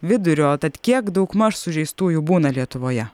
vidurio tad kiek daugmaž sužeistųjų būna lietuvoje